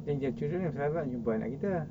then their children nak jumpa anak kita ah